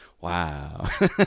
Wow